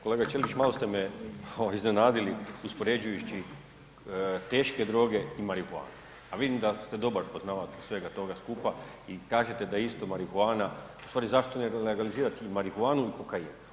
Kolega Ćelić, malo ste me iznenadili uspoređujući teške droge i marihuanu, a vidim da ste dobar poznavatelj svega toga skupa i kažete da je isto marihuana, u stvari zašto ne legalizirati i marihuanu i kokain?